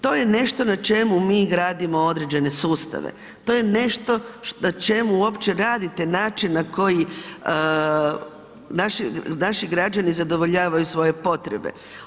To je nešto na čemu mi gradimo određene sustave, to je nešto na čemu uopće radite, način na koji naši građani zadovoljavaju svoje potrebe.